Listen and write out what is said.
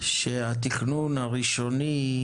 שהתכנון הראשוני,